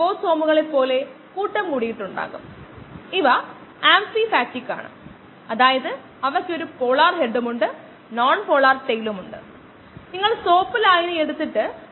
303kdxv0xv ഇത് നമ്മൾ നേരത്തെ ഡിറൈവ് ചെയ്ത എക്സ്പ്രഷനിൽ പകരം വയ്ക്കുകയാണെങ്കിൽ ഈ സമവാക്യം സാന്ദ്രത xv0 നിന്നും xv ലേക്ക് പോകാൻ എടുത്ത സമയം